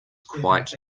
quite